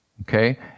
Okay